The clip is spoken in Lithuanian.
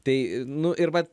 tai nu ir vat